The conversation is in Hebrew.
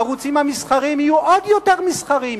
הערוצים המסחריים יהיו עוד יותר מסחריים.